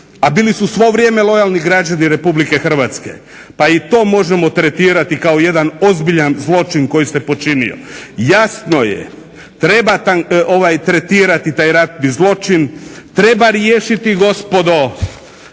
a bili su svo vrijeme lojalni građani Republike Hrvatske pa i to možemo tretirati kao jedan ozbiljan zločin koji se počinio. Jasno je treba tretirati taj ratni zločin, treba riješiti gospodo